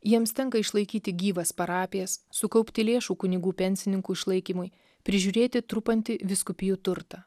jiems tenka išlaikyti gyvas parapijas sukaupti lėšų kunigų pensininkų išlaikymui prižiūrėti trupantį vyskupijų turtą